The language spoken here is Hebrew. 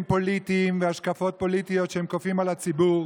פוליטיים והשקפות פוליטיות שהם כופים על הציבור,